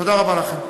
תודה רבה לכם.